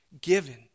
given